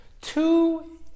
Two